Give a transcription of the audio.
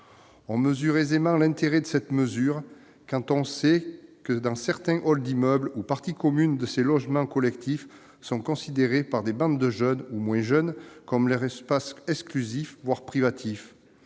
On mesure aisément l'intérêt de cette mesure quand on sait que certains halls d'immeubles ou parties communes de ces logements collectifs sont considérés par des bandes de jeunes, ou moins jeunes, comme leur espace exclusif, voire privatif.